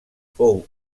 fou